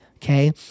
Okay